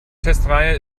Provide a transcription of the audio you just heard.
testreihe